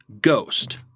Ghost